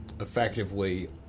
effectively